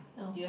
no